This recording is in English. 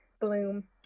Bloom